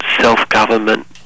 self-government